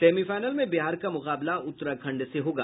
semifinal में बिहार का मुकाबला उत्तराखंड से होगा